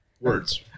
words